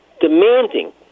demanding